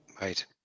Right